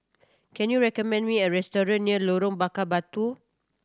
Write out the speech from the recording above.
can you recommend me a restaurant near Lorong Bakar Batu